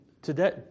Today